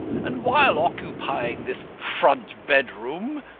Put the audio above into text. and, while occupying this front bedroom,